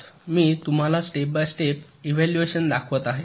मी तुम्हाला step by step evaluation दाखवत आहे